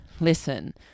listen